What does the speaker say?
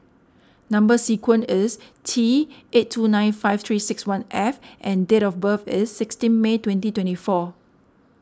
Number Sequence is T eight two nine five three six one F and date of birth is sixteen May twenty twenty four